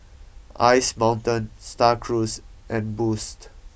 Ice Mountain Star Cruise and Boost